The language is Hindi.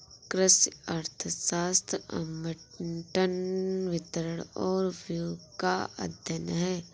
कृषि अर्थशास्त्र आवंटन, वितरण और उपयोग का अध्ययन है